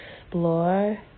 explore